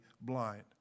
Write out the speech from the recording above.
blind